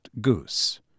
goose